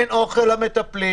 אין אוכל למטפלים.